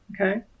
okay